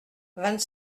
vingt